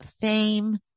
fame